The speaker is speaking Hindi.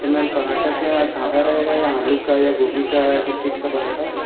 तो मैम पराठा क्या सादा रहेगा या आलू का या गोभी का या किस चीज़ का पराठा